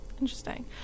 interesting